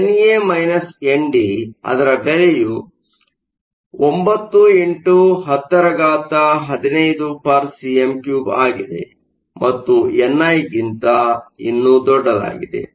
ಆದ್ದರಿಂದಎನ್ಎ ND ಅದರ ಬೆಲೆಯು 9 x 1015 cm 3 ಆಗಿದೆ ಮತ್ತು ಎನ್ಐ ಗಿಂತ ಇನ್ನೂ ದೊಡ್ಡದಾಗಿದೆ